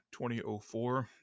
2004